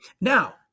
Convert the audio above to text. Now